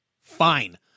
fine